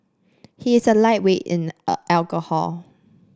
he is a lightweight in a alcohol